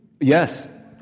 Yes